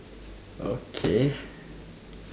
okay